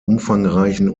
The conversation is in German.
umfangreichen